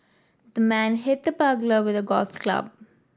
the man hit the burglar with a golf club